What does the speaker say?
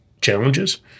challenges